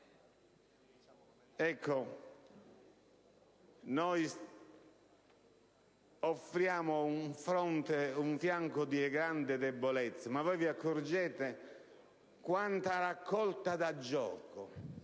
Ecco, noi offriamo un fianco di grande debolezza. Ma voi vi accorgete di quanta raccolta da gioco